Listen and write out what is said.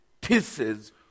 pieces